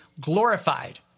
glorified